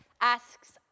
asks